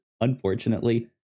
Unfortunately